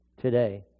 today